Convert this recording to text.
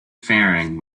faring